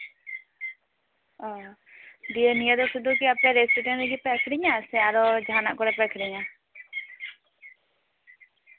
ᱚ ᱫᱤᱭᱮ ᱱᱤᱭᱟᱹ ᱫᱚ ᱟᱯᱮ ᱥᱩᱫᱩ ᱨᱮᱥᱴᱩᱨᱮᱱᱴ ᱨᱮᱜᱮ ᱯᱮ ᱟᱠᱷᱨᱤᱧᱟ ᱥᱮ ᱟᱨᱚ ᱡᱟᱦᱟᱸᱱᱟᱜ ᱠᱚᱨᱮᱯᱮ ᱟᱠᱷᱨᱤᱧᱟ